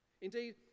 Indeed